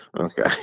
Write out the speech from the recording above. Okay